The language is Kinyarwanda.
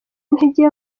intege